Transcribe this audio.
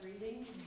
reading